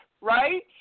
right